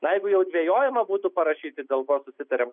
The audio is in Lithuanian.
na jeigu jau dvejojama būtų parašyti dėl ko susitarėm